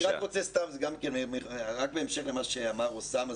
רק בהמשך למה שאמר אוסאמה,